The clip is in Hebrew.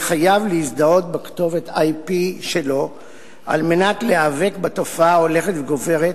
חייב להזדהות בכתובת IP שלו על מנת להיאבק בתופעה ההולכת וגוברת,